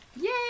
Yay